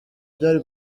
byari